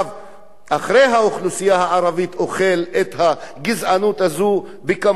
אחרי האוכלוסייה הערבית אוכל את הגזענות הזו בכמויות אדירות,